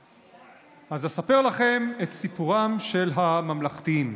אז אספר לכם את סיפורם של הממלכתיים.